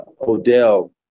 Odell